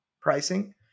pricing